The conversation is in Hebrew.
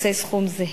יקצה סכום זהה.